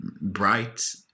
bright